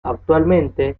actualmente